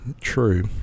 true